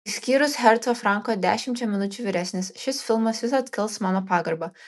išskyrus herco franko dešimčia minučių vyresnis šis filmas visada kels mano pagarbą